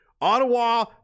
Ottawa